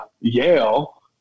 Yale